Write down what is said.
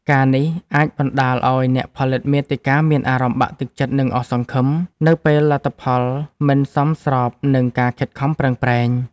ការណ៍នេះអាចបណ្ដាលឱ្យអ្នកផលិតមាតិកាមានអារម្មណ៍បាក់ទឹកចិត្ត និងអស់សង្ឃឹម នៅពេលលទ្ធផលមិនសមស្របនឹងការខិតខំប្រឹងប្រែង។